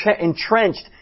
entrenched